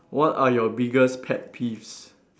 what are your biggest pet peeves